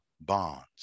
bonds